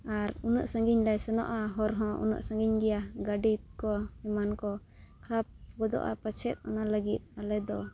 ᱟᱨ ᱩᱱᱟᱹᱜ ᱥᱟᱺᱜᱤᱧ ᱞᱮ ᱥᱮᱱᱚᱜᱼᱟ ᱦᱚᱨ ᱦᱚᱸ ᱩᱱᱟᱹᱜ ᱥᱟᱺᱜᱤᱧ ᱜᱮᱭᱟ ᱜᱟᱹᱰᱤ ᱠᱚ ᱮᱢᱟᱱ ᱠᱚ ᱠᱷᱟᱨᱟᱯ ᱜᱚᱫᱚᱜᱼᱟ ᱯᱟᱪᱷᱮᱫ ᱚᱱᱟ ᱞᱟᱹᱜᱤᱫ ᱟᱞᱮ ᱫᱚ